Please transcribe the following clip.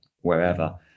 wherever